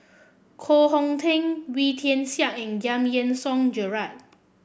Koh Hong Teng Wee Tian Siak and Giam Yean Song Gerald